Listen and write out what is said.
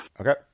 Okay